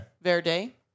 Verde